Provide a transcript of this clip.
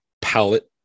palette